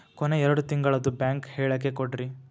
ಕೊನೆ ಎರಡು ತಿಂಗಳದು ಬ್ಯಾಂಕ್ ಹೇಳಕಿ ಕೊಡ್ರಿ